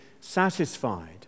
satisfied